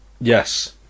Yes